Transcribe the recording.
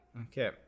Okay